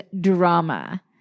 drama